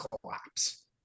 collapse